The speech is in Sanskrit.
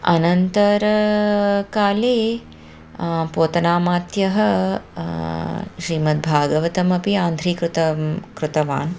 अनन्तरकाले पोतनामात्यः श्रीमद्भागवतमपि आन्ध्रीकृतं कृतवान्